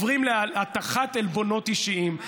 הם עוברים להטחת עלבונות אישיים.